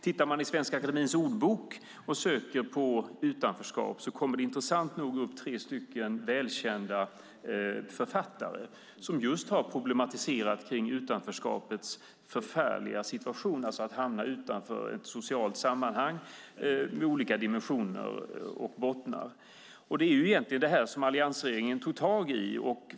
Tittar man i Svenska Akademiens ordbok och söker på utanförskap kommer det intressant nog upp tre välkända författare som just har problematiserat kring utanförskapets förfärliga situation, alltså att hamna utanför ett socialt sammanhang med olika dimensioner och bottnar. Det är egentligen detta som alliansregeringen tog tag i.